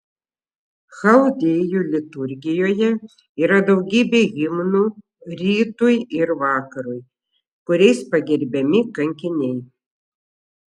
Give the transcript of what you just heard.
chaldėjų liturgijoje yra daugybė himnų rytui ir vakarui kuriais pagerbiami kankiniai